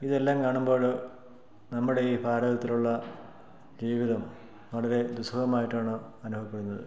ഇതെല്ലാം കാണുമ്പോൾ നമ്മുടെ ഈ ഭാരതത്തിലുള്ള ജീവിതം വളരെ ദുസ്സഹമായിട്ടാണ് അനുഭവപ്പെടുന്നത്